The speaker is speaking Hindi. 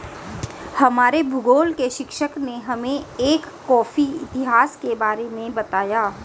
हमारे भूगोल के शिक्षक ने हमें एक कॉफी इतिहास के बारे में बताया